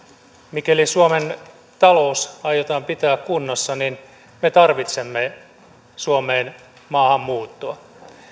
mikäli suomen talous aiotaan pitää kunnossa niin me tarvitsemme suomeen maahanmuuttoa